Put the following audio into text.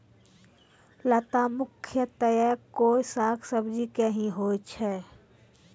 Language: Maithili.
लता मुख्यतया कोय साग सब्जी के हीं होय छै